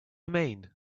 mean